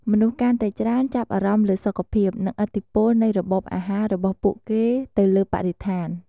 មនុស្សកាន់តែច្រើនចាប់អារម្មណ៍លើសុខភាព និងឥទ្ធិពលនៃរបបអាហាររបស់ពួកគេទៅលើបរិស្ថាន។